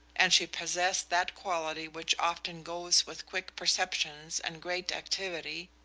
and she possessed that quality which often goes with quick perceptions and great activity,